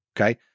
Okay